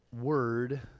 word